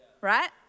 right